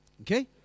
Okay